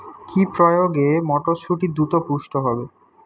কি প্রয়োগে মটরসুটি দ্রুত পুষ্ট হবে?